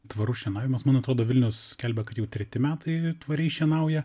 tvarus šienavimas man atrodo vilnius skelbia kad jau treti metai tvariai šienauja